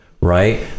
right